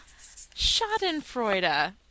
schadenfreude